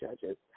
judges